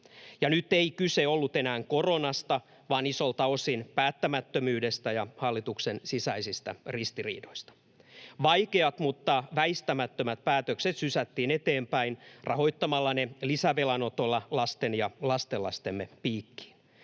nyt ei kyse ollut enää koronasta vaan isolta osin päättämättömyydestä ja hallituksen sisäisistä ristiriidoista. Vaikeat mutta väistämättömät päätökset sysättiin eteenpäin rahoittamalla ne lisävelanotolla lasten ja lastenlastemme piikkiin.